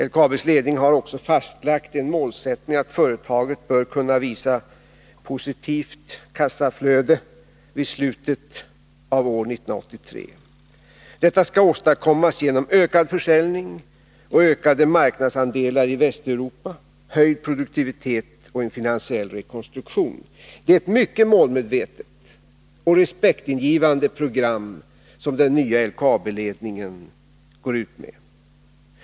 LKAB:s ledning har också fastlagt som en målsättning att företaget bör kunna visa positivt kassaflöde vid slutet av år 1983. Detta skall åstadkommas genom ökad försäljning och ökade marknadsandelar i Västeuropa, höjd produktivitet och en finansiell rekonstruktion. Det är ett mycket målmedvetet och respektingivande program som den nya LKAB-ledningen går ut med.